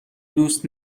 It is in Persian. دوست